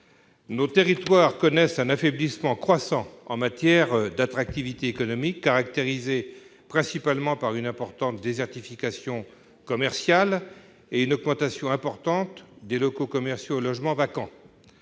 Nos territoires connaissent un affaiblissement croissant en matière d'attractivité économique, caractérisé principalement par une importante désertification commerciale et une forte augmentation des locaux commerciaux et des logements vacants.